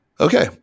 Okay